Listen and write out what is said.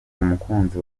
umukunzi